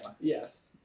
Yes